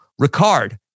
Ricard